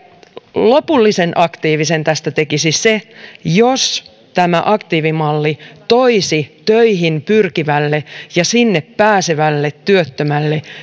lopullisesti aktiivisen tästä tekisi se jos tämä aktiivimalli toisi töihin pyrkivälle ja sinne pääsevälle työttömälle